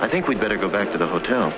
i think we'd better go back to the hotel